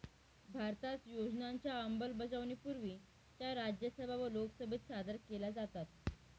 भारतात योजनांच्या अंमलबजावणीपूर्वी त्या राज्यसभा व लोकसभेत सादर केल्या जातात